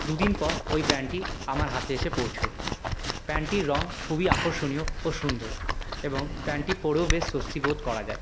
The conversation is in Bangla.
দু দিন পর ঐ প্যান্টটি আমার হাতে এসে পৌঁছোয় প্যান্টটির রং খুবই আকর্ষণীয় ও সুন্দর এবং প্যান্টটি পরেও বেশ স্বস্তি বোধ করা যায়